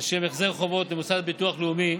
לשם החזר חובות למוסד לביטוח לאומי,